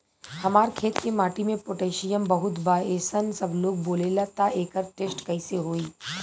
हमार खेत के माटी मे पोटासियम बहुत बा ऐसन सबलोग बोलेला त एकर टेस्ट कैसे होई?